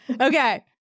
Okay